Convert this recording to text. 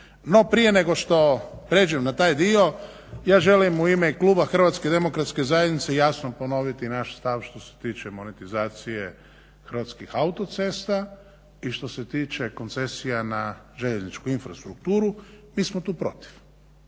prije nego što prijeđem na taj dio, ja želim u ime kluba Hrvatske demokratske zajednice jasno ponoviti naš stav što se tiče monetizacije Hrvatskih autocesta, i što se tiče koncesija na željezničku infrastrukturu, mi smo tu protiv